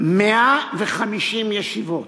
150 ישיבות,